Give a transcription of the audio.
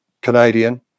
Canadian